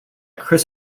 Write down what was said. chris